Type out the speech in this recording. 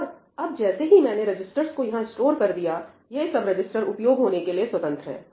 और अब जैसे ही मैंने रजिस्टर्स को यहां स्टोर कर दिया यह सब रजिस्टर उपयोग होने के लिए स्वतंत्र है